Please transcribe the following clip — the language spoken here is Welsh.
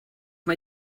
mae